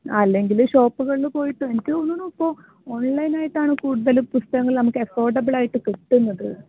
അല്ലെങ്കിൽ ഷോപ്പുകളിൽ പോയിട്ട് എനിക്ക് തോന്നുന്നു ഇപ്പോൾ ഓൺലൈൻ ആയിട്ടാണ് കൂടുതലും പുസ്തകങ്ങൾ നമുക്ക് അഫോർഡബിൾ ആയിട്ട് കിട്ടുന്നത്